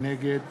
נגד